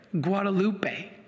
Guadalupe